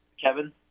Kevin